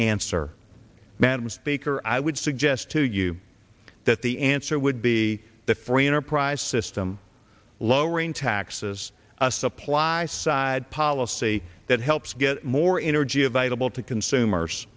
answer madam speaker i would suggest to you that the answer would be the free enterprise system lowering taxes a supply side policy that helps get more energy available to consume